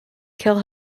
kill